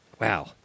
Wow